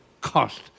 cost